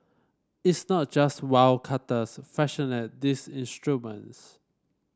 it's not just wildcatters fashioning these instruments